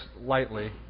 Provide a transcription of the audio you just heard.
lightly